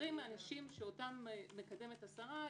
כשבוחרים אנשים שאותם מקדמת השרה,